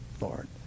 Lord